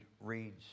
reads